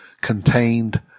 contained